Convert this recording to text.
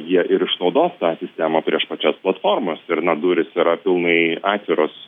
jie ir išnaudos tą sistemą prieš pačias platformas ir na durys yra pilnai atviros